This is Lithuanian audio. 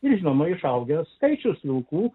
ir žinoma išaugęs skaičius nuorūkų